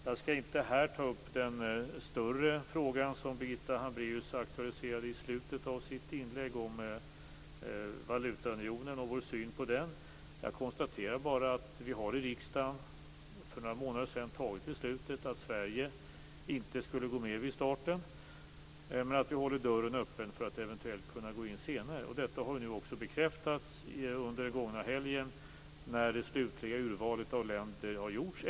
Jag skall inte här ta upp den större fråga som Birgitta Hambraeus aktualiserade i slutet av sitt inlägg om valutaunionen och vår syn på den. Jag konstaterar bara att vi i riksdagen för några månader sedan fattade beslutet att Sverige inte skulle gå med vid starten, men att vi håller dörren öppen för att eventuellt kunna gå in senare. Detta har nu också bekräftats under den gångna helgen, när det slutliga urvalet av länder har gjorts.